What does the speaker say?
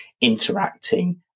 interacting